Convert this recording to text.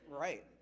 Right